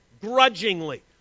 grudgingly